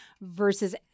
versus